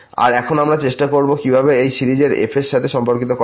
আর এখন আমরা চেষ্টা করবো কিভাবে যে এই সিরিজের f এর সাথে সম্পর্কিত করা হয়